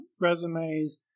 resumes